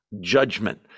judgment